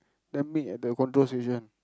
then meet at the control station